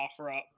OfferUp